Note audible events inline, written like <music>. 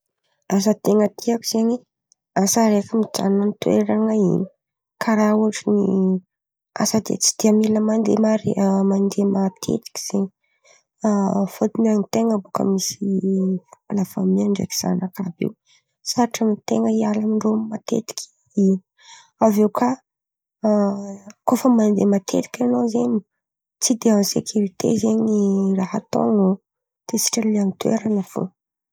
Asa ten̈a tiako zen̈y, asa araiky mijanon̈o an-toeran̈a in̈y. Karà ohatrin’ny <hesitation> asa tsy de mila mandeha mare mandeha matetitetiky zen̈y. Fôtony an-ten̈a bôka misy la famia ndraiky zanakà àby io, sarotro amin-ten̈a zen̈y iala amin-drô matetiky. Aviô kà <hesitation> koa fa mandeha matetiky an̈ao zen̈y, tsy de an sekirite zen̈y raha ataon̈ao. De sitrany le an-toerana fo.